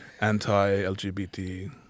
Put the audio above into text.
anti-LGBT